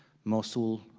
mosul,